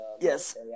Yes